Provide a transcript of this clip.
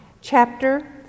chapter